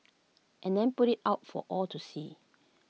and then put IT out for all to see